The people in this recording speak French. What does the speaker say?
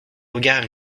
regard